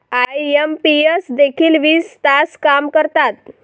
IMPS देखील वीस तास काम करतात?